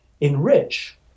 enrich